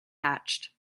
hatched